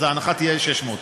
אז ההנחה תהיה 600,